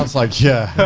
like, yeah,